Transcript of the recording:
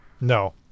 No